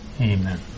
Amen